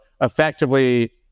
effectively